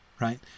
Right